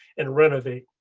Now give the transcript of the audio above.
and renovate.